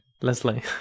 Leslie